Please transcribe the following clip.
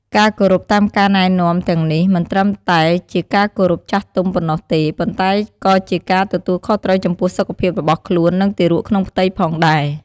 ការគោរពតាមការណែនាំទាំងនេះ មិនត្រឹមតែជាការគោរពចាស់ទុំប៉ុណ្ណោះទេ ប៉ុន្តែក៏ជាការទទួលខុសត្រូវចំពោះសុខភាពរបស់ខ្លួន និងទារកក្នុងផ្ទៃផងដែរ។